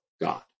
God